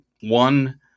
One